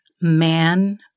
man